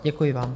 Děkuji vám.